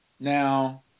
Now